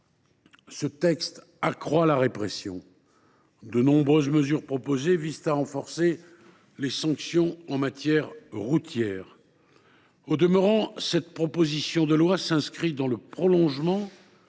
ce texte accroît la répression. De nombreuses mesures visent à renforcer les sanctions en matière routière. Au demeurant, cette proposition de loi s’inscrit dans le prolongement